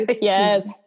Yes